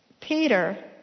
Peter